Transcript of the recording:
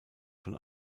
von